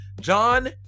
John